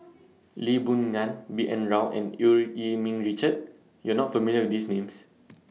Lee Boon Ngan B N Rao and EU Yee Ming Richard YOU Are not familiar with These Names